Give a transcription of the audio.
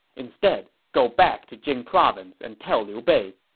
instead, go back to jing province and tell liu bei,